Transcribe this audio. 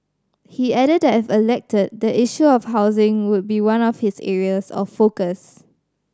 he added that if elected the issue of housing would be one of his areas of focus